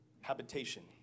habitation